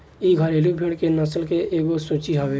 इ घरेलु भेड़ के नस्ल के एगो सूची हवे